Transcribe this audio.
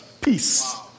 peace